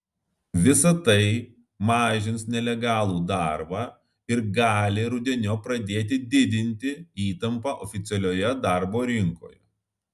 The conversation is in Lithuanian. visa tai mažins nelegalų darbą ir gali rudeniop pradėti didinti įtampą oficialioje darbo rinkoje